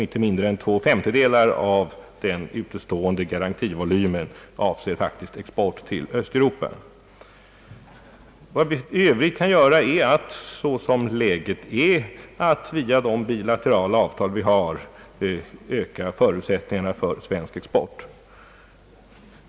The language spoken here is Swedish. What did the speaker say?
Inte mindre än två femtedelar av den utestående garantivolymen avser faktiskt export till Östeuropa. Vad vi i övrigt kan göra är att, såsom läget är, via de bilaterala avtal vi har öka förutsättningarna för svensk export.